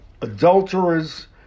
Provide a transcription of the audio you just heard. adulterers